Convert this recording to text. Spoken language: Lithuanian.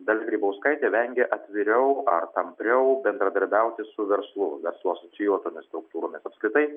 dalia grybauskaitė vengia atviriau ar tampriau bendradarbiauti su verslu verslo asocijuotomis struktūromis apskritai